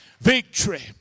victory